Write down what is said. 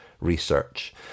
research